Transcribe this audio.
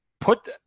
put